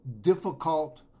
difficult